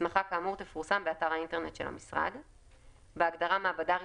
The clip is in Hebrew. הסמכה כאמור תפורסם באתר האינטרנט של המשרד"; בהגדרה "מעבדה רשמית",